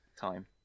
time